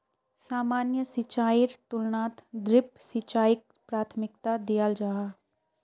सामान्य सिंचाईर तुलनात ड्रिप सिंचाईक प्राथमिकता दियाल जाहा